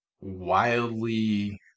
wildly